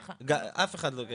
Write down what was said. אף אחד לא.